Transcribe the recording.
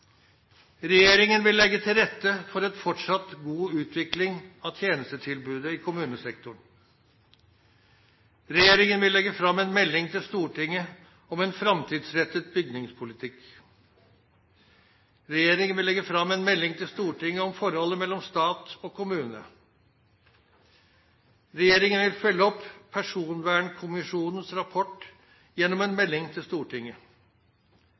Regjeringen vil legge til rette for en fortsatt god utvikling av tjenestetilbudet i kommunesektoren. Regjeringen vil legge fram en melding til Stortinget om en framtidsrettet bygningspolitikk. Regjeringen vil legge fram en melding til Stortinget om forholdet mellom stat og kommune. Regjeringen vil følge opp Personvernkommisjonens rapport gjennom en melding til Stortinget.